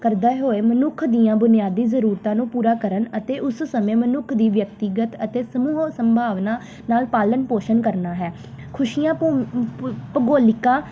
ਕਰਦੇ ਹੋਏ ਮਨੁੱਖ ਦੀਆਂ ਬੁਨਿਆਦੀ ਜ਼ਰੂਰਤਾਂ ਨੂੰ ਪੂਰਾ ਕਰਨ ਅਤੇ ਉਸ ਸਮੇਂ ਮਨੁੱਖ ਦੀ ਵਿਅਕਤੀਗਤ ਅਤੇ ਸਮੂਹ ਸੰਭਾਵਨਾ ਨਾਲ ਪਾਲਣ ਪੋਸ਼ਣ ਕਰਨਾ ਹੈ ਖੁਸ਼ੀਆਂ ਭੂ ਭੂਗੋਲਿਕਾ